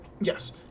Yes